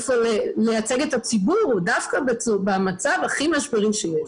היכן לייצג את הציבור דווקא במצב הכי משברי שיש.